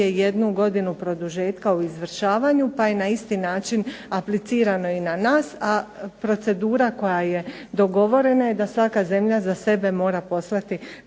jednu godinu produžetka u izvršavanju, pa je na isti način aplicirano i na nas, a procedura koja je dogovorena je da svaka zemlja za sebe mora poslati